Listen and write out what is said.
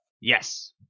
yes